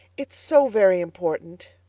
it's so very important,